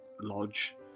lodge